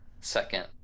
second